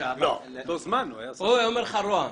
או היה אומר לך ראש הממשלה.